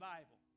Bible